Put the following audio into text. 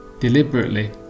deliberately